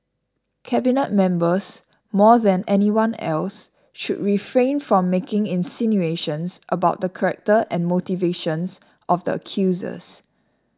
cabinet members more than anyone else should refrain from making insinuations about the character and motivations of the accusers